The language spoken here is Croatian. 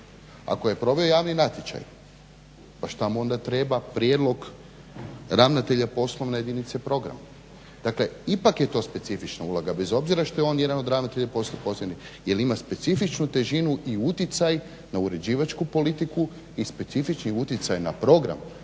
Ako je proveo javni natječaj pa šta mu onda treba prijedlog ravnatelja poslovne jedinice programa? Dakle ipak je to specifična uloga bez obzira što je on jedan od ravnatelja … jel ima specifičnu težinu i uticaj na uređivačku politiku i specifičan utjecaj na program.